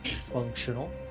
Functional